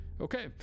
Okay